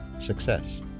success